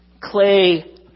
clay